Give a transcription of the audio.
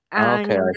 Okay